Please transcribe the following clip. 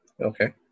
Okay